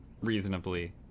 reasonably